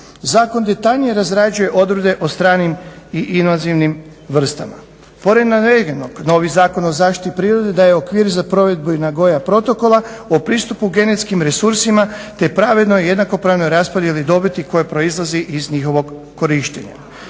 Zakon detaljnije razrađuje odredbe o stranim i inozemnim vrstama. Pored navedenog novi Zakon o zaštiti prirode daje okvir za provedbu …/Govornik se ne razumije./… protokola o pristupu genetskim resursima, te pravednoj i jednakopravnoj raspodjeli dobiti koja proizlazi iz njihovog korištenja.